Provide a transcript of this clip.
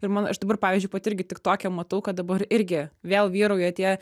ir man aš dabar pavyzdžiui pat irgi tik toke matau kad dabar irgi vėl vyrauja tie